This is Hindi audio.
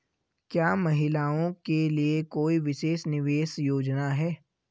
क्या महिलाओं के लिए कोई विशेष निवेश योजना है?